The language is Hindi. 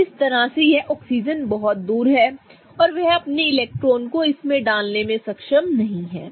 तो इस तरह से यह ऑक्सीजन से बहुत दूर है और वह अपने इलेक्ट्रॉनों को इसमें डालने में सक्षम नहीं है